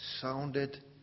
sounded